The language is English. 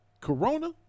corona